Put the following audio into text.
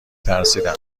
ترسیدم